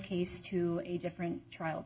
case to a different trial